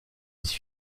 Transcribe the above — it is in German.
sich